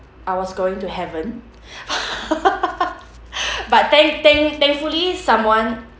I was going to heaven but thank thank thankfully someone